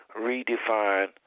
redefine